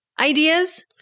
ideas